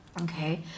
okay